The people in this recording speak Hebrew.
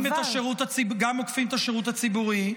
-- הציבורי,